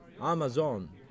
Amazon